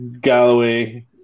Galloway